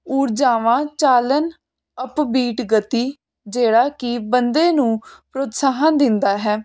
ਊਰਜਾਵਾਂ ਚਾਲਨ ਅਪਬੀਟ ਗਤੀ ਜਿਹੜਾ ਕਿ ਬੰਦੇ ਨੂੰ ਪ੍ਰੋਤਸਾਹਨ ਦਿੰਦਾ ਹੈ